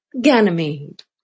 Ganymede